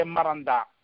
Maranda